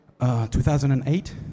2008